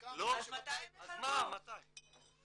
חלקם -- אז מתי הם יחלקו?